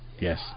yes